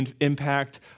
impact